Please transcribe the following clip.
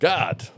God